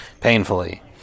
painfully